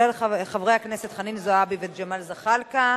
של חברי הכנסת חנין זועבי וג'מאל זחאלקה.